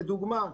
לדוגמה,